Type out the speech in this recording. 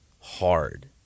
Hard